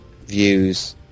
views